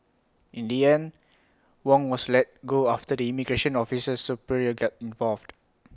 in the end Wong was let go after immigration officer's superior got involved